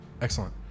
Excellent